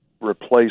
replace